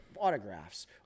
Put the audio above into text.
autographs